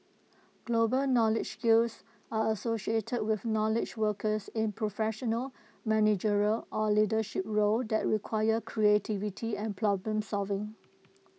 global knowledge skills are associated with knowledge workers in professional managerial or leadership roles that require creativity and problem solving